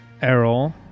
Errol